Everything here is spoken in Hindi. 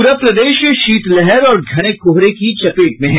प्ररा प्रदेश शीतलहर और घने कोहरे की चपेट में है